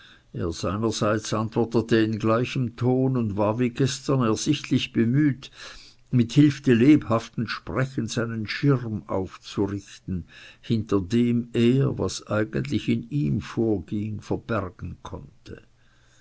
seinerseits antwortete in gleichem ton und war wie gestern ersichtlich bemüht mit hilfe lebhaften sprechens einen schirm aufzurichten hinter dem er was eigentlich in ihm vorging verbergen konnte